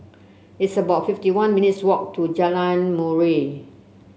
it's about fifty one minutes' walk to Jalan Murai